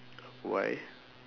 why